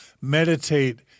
meditate